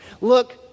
look